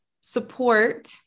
support